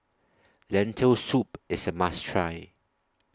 Lentil Soup IS A must Try